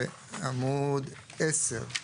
בעמוד 10,